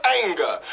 anger